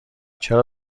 چرا